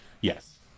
yes